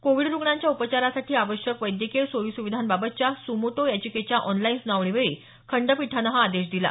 Covid रुग्णांच्या उपचारासाठी आवश्यक वैद्यकीय सोयी सुविधांबाबतच्या सुमोटो याचिकेच्या ऑनलाईन सुनावणीवेळी खंडपीठानं हा आदेश दिला